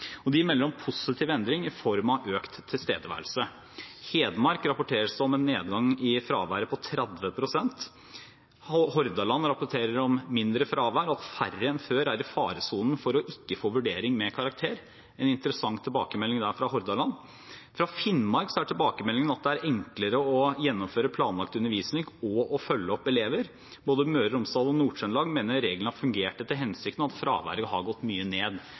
og de melder om positiv endring i form av økt tilstedeværelse. Hedmark rapporterer om en nedgang i fraværet på 30 pst. Hordaland rapporterer om mindre fravær og at færre enn før er i faresonen for ikke å få vurdering med karakter – en interessant tilbakemelding fra Hordaland! Fra Finnmark er tilbakemeldingen at det er enklere å gjennomføre planlagt undervisning og å følge opp elever. Både Møre og Romsdal og Nord-Trøndelag mener at regelen har fungert etter hensikten, og at fraværet har gått mye ned.